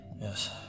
Yes